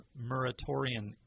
Muratorian